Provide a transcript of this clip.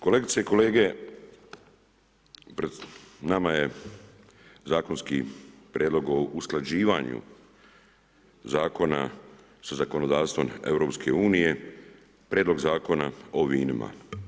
Kolegice i kolege, pred nama je zakonski prijedlog o usklađivanju usluga sa zakonodavstvom EU, prijedlog Zakona o vinima.